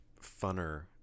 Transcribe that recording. funner